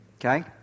Okay